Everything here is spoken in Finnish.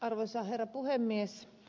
arvoisa herra puhemies